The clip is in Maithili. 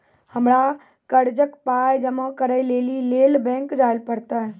हमरा कर्जक पाय जमा करै लेली लेल बैंक जाए परतै?